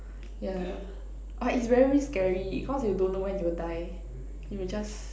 yeah but it's very scary cause you don't know when you'll die you will just